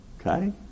Okay